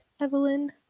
Evelyn